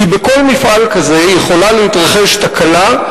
כי בכל מפעל כזה יכולה להתרחש תקלה,